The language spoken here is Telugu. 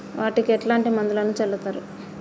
వాటికి ఎట్లాంటి మందులను చల్లుతరు?